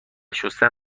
شستن